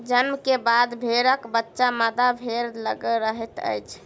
जन्म के बाद भेड़क बच्चा मादा भेड़ लग रहैत अछि